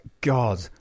God